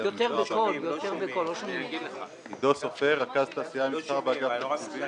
תעסוקה, אגף התקציבים.